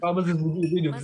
בדיוק,